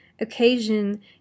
occasion